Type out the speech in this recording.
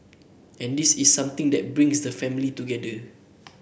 and this is something that brings the families together